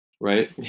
right